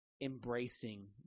embracing